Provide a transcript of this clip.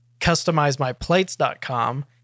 customizemyplates.com